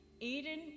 Eden